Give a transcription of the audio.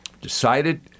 decided